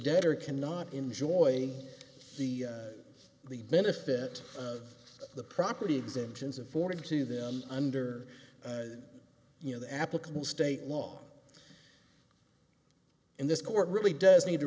debtor cannot enjoy the the benefit of the property exemptions afforded to them under you know the applicable state law in this court really does need to